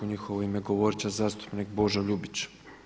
U njihovo ime govorit će zastupnik Božo Ljubić.